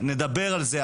נדבר על זה,